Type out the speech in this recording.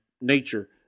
nature